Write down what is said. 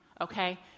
okay